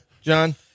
John